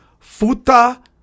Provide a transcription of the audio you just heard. Futa